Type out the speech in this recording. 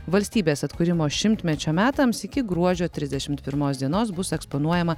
valstybės atkūrimo šimtmečio metams iki gruodžio trisdešimt pirmos dienos bus eksponuojama